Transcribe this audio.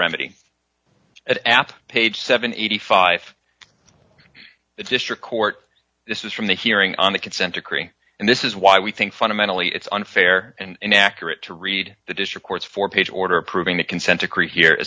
and eighty five the district court this is from the hearing on the consent decree and this is why we think fundamentally it's unfair and inaccurate to read the district court's four page order approving the consent decree here